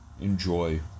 enjoy